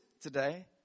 today